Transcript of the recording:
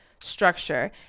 structure